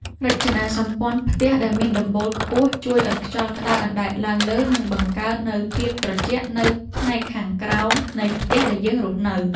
រចនាសម្ព័ន្ធផ្ទះដែលមានដំបូលខ្ពស់ជួយឱ្យខ្យល់ក្តៅអណ្ដែតឡើងលើនិងបង្កើតនូវភាពត្រជាក់នៅផ្នែកខាងក្រោមនៃផ្ទះដែលយើងរស់នៅ។